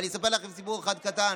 אני אספר לכם סיפור אחד קטן.